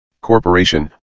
corporation